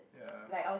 ya